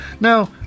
now